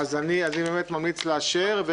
אז אני ממליץ לאשר.